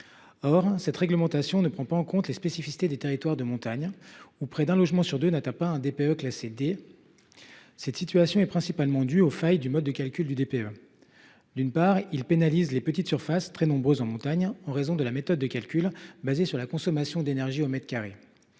Or cette réglementation ne prend pas en compte les spécificités des territoires de montagne, où près d’un logement sur deux n’atteint pas un DPE classé D. Cette situation est principalement due aux failles du mode de calcul du DPE. D’une part, il pénalise les petites surfaces, très nombreuses en montagne, en raison de la méthode de calcul retenue, fondée sur la consommation d’énergie au mètre carré.